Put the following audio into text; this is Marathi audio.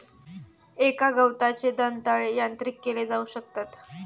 एका गवताचे दंताळे यांत्रिक केले जाऊ शकतत